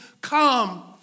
come